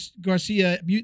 Garcia